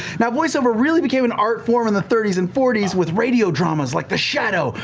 now voice-over really became an art form in the thirty s and forty s with radio dramas like the shadow,